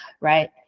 right